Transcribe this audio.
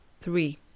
three